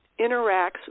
interacts